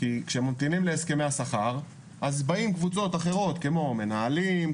כי כשממתינים להסכמי השכר אז באות קבוצות אחרות כמו מנהלים,